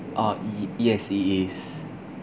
uh y~ yes it is